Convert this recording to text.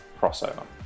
crossover